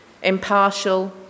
Impartial